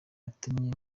yatumye